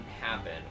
happen